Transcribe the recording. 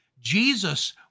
Jesus